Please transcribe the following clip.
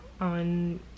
on